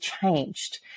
changed